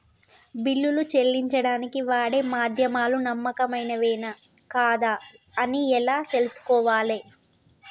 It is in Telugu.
బిల్లులు చెల్లించడానికి వాడే మాధ్యమాలు నమ్మకమైనవేనా కాదా అని ఎలా తెలుసుకోవాలే?